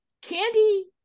Candy